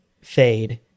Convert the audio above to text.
Fade